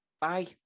Bye